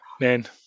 man